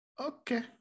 okay